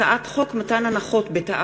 הצעת חוק יישוב סכסוכי עבודה (תיקון,